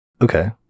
Okay